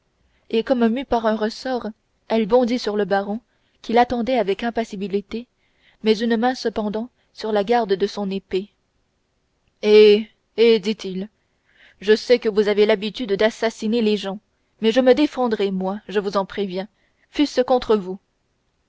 et comme mue par un ressort elle bondit sur le baron qui l'attendait avec impassibilité mais une main cependant sur la garde de son épée eh eh dit-il je sais que vous avez l'habitude d'assassiner les gens mais je me défendrai moi je vous en préviens fût-ce contre vous